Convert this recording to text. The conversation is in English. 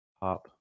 Pop